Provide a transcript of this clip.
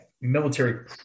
military